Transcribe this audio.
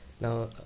Now